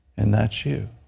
and that's you.